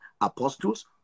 Apostles